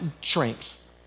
shrinks